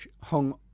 hung